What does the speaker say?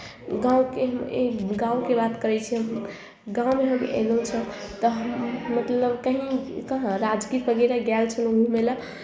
गाँवके हम एक गाँवके बात करै छी हम गाँवमे हम अयलहुँ तऽ मतलब हम कहीँ कहाँ राजगीर वगैरह गएल छलहुँ घूमय लए